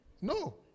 No